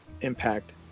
impact